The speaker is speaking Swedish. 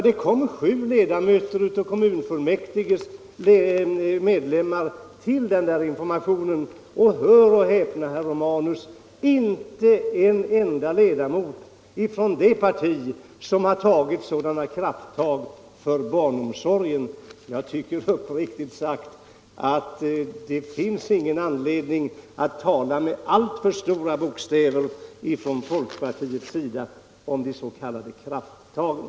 Det var sju av kommunfullmäktiges ledamöter som kom till informationsmötet — och hör och häpna, herr Romanus: inte en enda ledamot från det parti som har tagit sådana krafttag för barnomsorgen! Jag tycker uppriktigt sagt att det inte finns någon anledning för folkpartiet att tala med alltför stora bokstäver om de s.k. krafttagen.